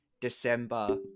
December